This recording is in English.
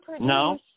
No